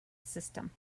system